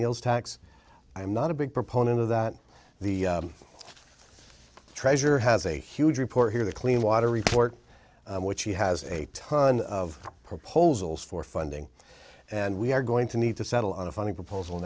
meals tax i am not a big proponent of that the treasurer has a huge report here the clean water report which he has a ton of proposals for funding and we are going to need to settle on a funny proposal